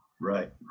Right